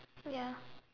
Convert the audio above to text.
ya